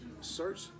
Search